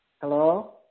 Hello